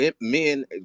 Men